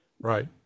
Right